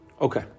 Okay